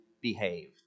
behaved